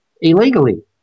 illegally